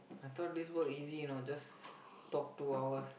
I thought this work easy you know just talk two hours